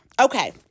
okay